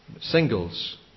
Singles